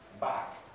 back